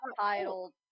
titled